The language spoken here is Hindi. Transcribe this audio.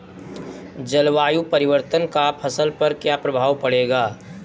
जलवायु परिवर्तन का फसल पर क्या प्रभाव पड़ेगा?